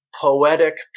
poetic